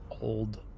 old